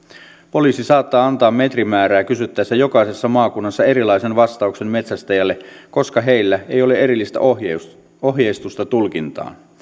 poliisi saattaa antaa metrimäärää kysyttäessä jokaisessa maakunnassa erilaisen vastauksen metsästäjälle koska heillä ei ole erillistä ohjeistusta ohjeistusta tulkintaan